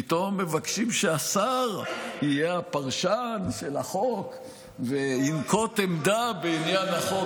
פתאום מבקשים שהשר יהיה הפרשן של החוק וינקוט עמדה בעניין החוק.